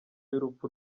y’urupfu